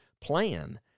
plan